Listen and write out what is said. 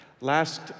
Last